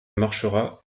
marchera